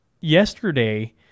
yesterday